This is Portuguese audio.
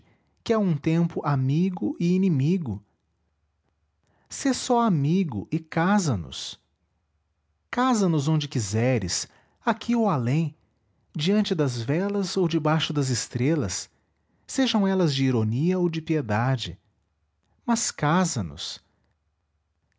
a um tempo amigo e inimigo sê só amigo e casa nos casa nos onde quiseres aqui ou além diante das velas ou debaixo das estrelas sejam elas de ironia ou de piedade mas casa nos